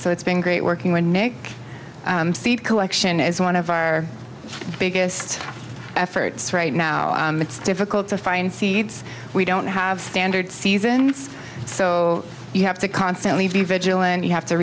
so it's been great working with nick seed collection is one of our biggest efforts right now it's difficult to find seeds we don't have standard season so you have to constantly be vigilant you have to